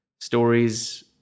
Stories